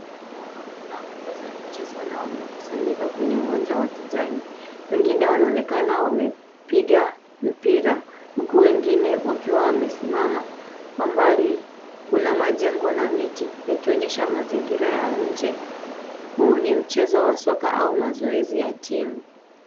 Watu kadhaa wamevaa nguo za michezo na wamekusanyika kwenye uwanja wa kijani. Wengine wanaonekana wamepiga mpira huku wengine wakiwa wamesimama. Kwa mbali kuna majengo na miti yakionyesha mazingira ya nje. Huu ni mchezo wa soka au mazoezi ya timu.